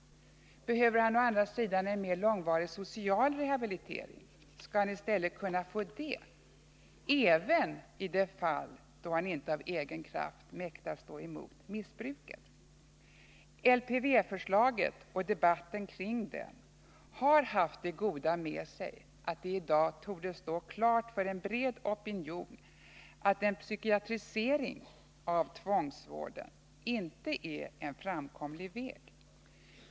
Behöver han å andra sidan en mer långvarig social rehabilitering skall han i stället kunna få det, även i de fall då han inte av egen kraft mäktar stå emot missbruket. LPV-förslaget och debatten kring det har haft det goda med sig att det i dag torde stå klart för en bred opinion att enbart en psykiatrisering av vården inte är en framkomlig väg.